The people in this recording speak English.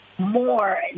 more